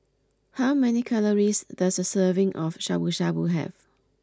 how many calories does a serving of Shabu Shabu have